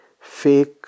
fake